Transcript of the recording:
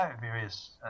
various